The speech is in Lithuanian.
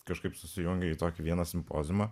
kažkaip susijungė į vieną simpoziumą